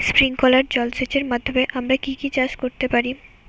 Sprinkler জলসেচের মাধ্যমে আমরা কি কি চাষ করতে পারি?